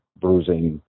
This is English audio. bruising